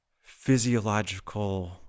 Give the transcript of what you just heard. physiological